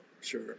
sure